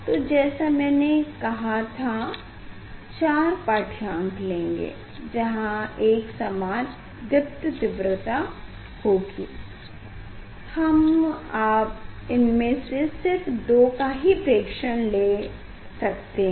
तो जैसा मैने कह था 4 पाठ्यांक लेंगे जहाँ पर एकसमान दीप्त तीव्रता होगी आप इनमें से सिर्फ दो का भी प्रेक्षण ले सकते हैं